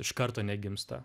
iš karto negimsta